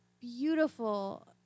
beautiful